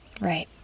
Right